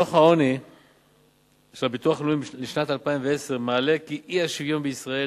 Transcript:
דוח העוני של הביטוח הלאומי לשנת 2010 מעלה כי האי-שוויון בישראל